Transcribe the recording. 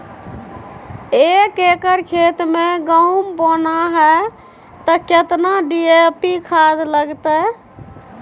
एक एकर खेत मे गहुम बोना है त केतना डी.ए.पी खाद लगतै?